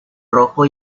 rojo